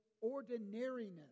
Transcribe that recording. ordinariness